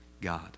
God